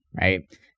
right